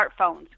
smartphones